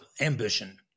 ambition